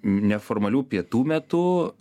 neformalių pietų metu